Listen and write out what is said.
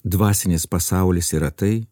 dvasinis pasaulis yra tai